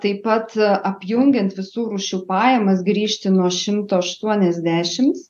taip pat apjungiant visų rūšių pajamas grįžti nuo šimto aštuoniasdešims